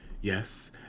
yes